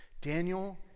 Daniel